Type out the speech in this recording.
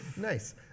Nice